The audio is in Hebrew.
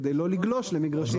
כדי לא לגלוש למגרשים סמוכים.